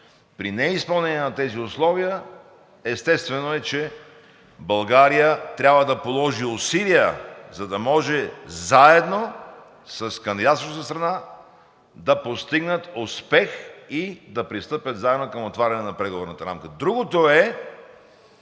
При неизпълнение на тези условия естествено е, че България трябва да положи усилия, за да може заедно с кандидатстващата страна да постигнат успех и да пристъпят заедно към отваряне на преговорната рамка. Другото е